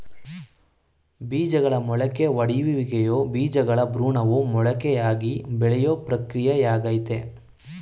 ಬೀಜಗಳ ಮೊಳಕೆಯೊಡೆಯುವಿಕೆಯು ಬೀಜಗಳ ಭ್ರೂಣವು ಮೊಳಕೆಯಾಗಿ ಬೆಳೆಯೋ ಪ್ರಕ್ರಿಯೆಯಾಗಯ್ತೆ